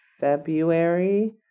February